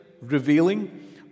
revealing